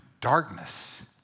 darkness